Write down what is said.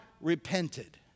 repented